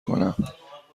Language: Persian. کنم